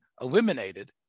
eliminated